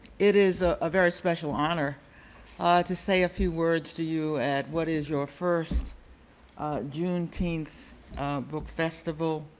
it is ah a very special honor ah to say a few words to you at what is your first juneteenth book festival.